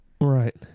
Right